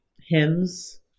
hymns